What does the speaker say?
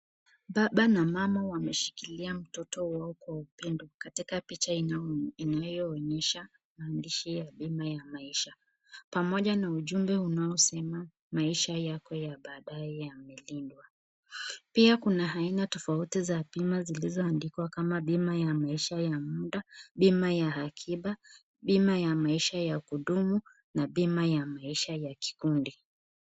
Baba na mama wameshikilia mtoto wao kwa upendo katika picha inayoonyesha maandishi ya maisha . Pamoja na ujumbe unaosema maisha yako ya baadae italindwa . Pia Kuna aina tofauti za bima zilizoandikwa kama bima ya akiba , bima ya maisha ya kudumu na bima ya maisha ya punde .